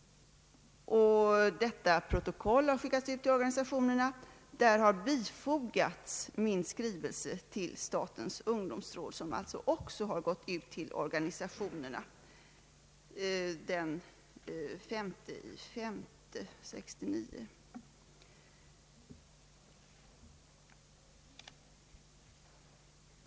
Detta protokoll har skickats ut till organisationerna, varvid min skrivelse till statens ungdomsråd var bifogad. Den har alltså också skickats ut till organisationerna den 5 maj 1969.